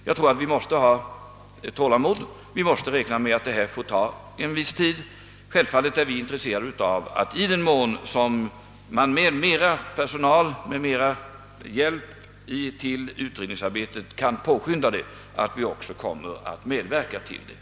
Jag tror att vi måste ha tålamod och räkna med att detta får ta en viss tid. Självfallet är vi intresserade av och kommer att medverka till att arbetet påskyndas, i den mån man behöver mera personal och hjälp vid utredningsarbetet.